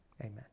Amen